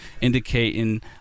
indicating